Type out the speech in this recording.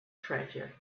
treasure